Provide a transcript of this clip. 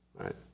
right